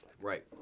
Right